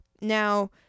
Now